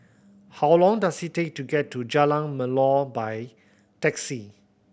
how long does it take to get to Jalan Melor by taxi